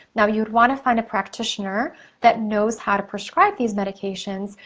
now, you'd wanna find a practitioner that knows how to prescribe these medications.